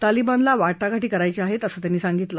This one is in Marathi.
तालिबानला वाटाघाटी करायच्या आहेत असं त्यांनी सांगितलं